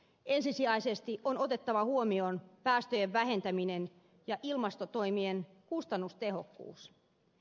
ensisijaisesti on otettava huomioon päästöjen vähentäminen ja ilmastotoimien kustannustehokkuus